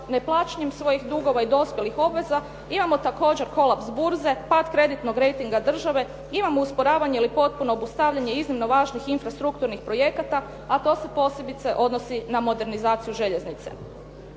neplaćanjem svojih dugova i dospjelih obaveza imamo također kolaps burze, pad kreditnog rejtinga države, imamo usporavanje ili potpuno obustavljanje iznimno važnih infrastrukturnih projekata a to se posebice odnosi nas modernizaciju željeznice.